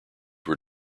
were